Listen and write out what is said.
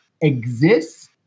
exists